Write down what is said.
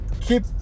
keep